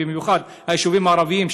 ובמיוחד היישובים הערביים,